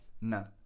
No